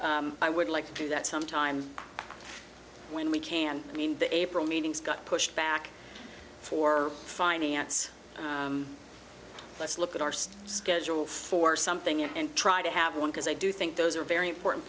i would like to do that some time when we can i mean the april meetings got pushed back for finance let's look at arced schedule for something and try to have one because i do think those are very important